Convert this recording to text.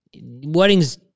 weddings